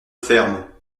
ferme